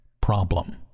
problem